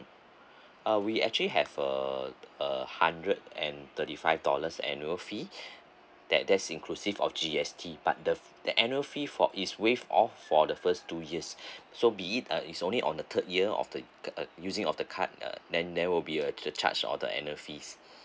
uh we actually have uh a hundred and thirty five dollars annual fee that that's inclusive of G_S_T but the that annual fee for is waive off for the first two years so be it uh is only on the third year of the uh uh using of the card uh then there will be a charge of the annual fees